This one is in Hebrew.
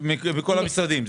מכל המשרדים.